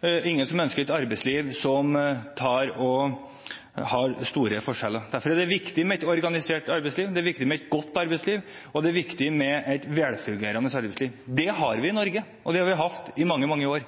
Det er ingen som ønsker et arbeidsliv som har store forskjeller. Derfor er det viktig med et organisert arbeidsliv, det er viktig med et godt arbeidsliv, og det er viktig med et velfungerende arbeidsliv. Det har vi i Norge, og det har vi hatt i mange, mange år.